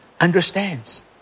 understands